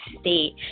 state